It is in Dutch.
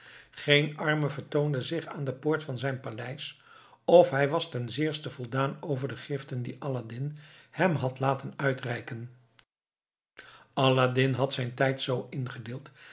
geen arme vertoonde zich aan de poort van zijn paleis of hij was ten zeerste voldaan over de giften die aladdin hem had laten uitreiken aladdin had zijn tijd zoo ingedeeld